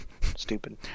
Stupid